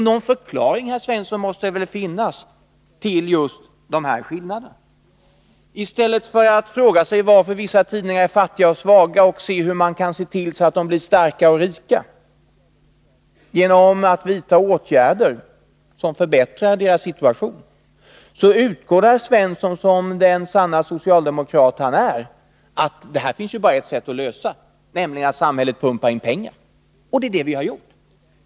Någon förklaring måste det väl finnas, herr Svensson, till just dessa skillnader. I stället för att fråga sig varför vissa tidningar är fattiga och svaga och försöka se till att de kan bli starka och rika genom att vidta åtgärder som förbättrar deras situation, utgår herr Svensson, som den sanne socialdemokrat han är, från att det bara finns ett sätt att lösa problemet, nämligen att samhället pumpar in pengar. Och det är det vi har gjort.